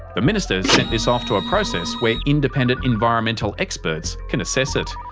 the minister has sent this off to a process where independent environmental experts can assess it.